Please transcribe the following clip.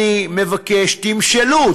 אני מבקש: תמשלו,